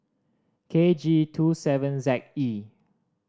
K G Two seven Z E